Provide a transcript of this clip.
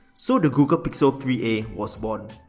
so the google pixel three a was born.